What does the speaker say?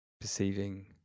perceiving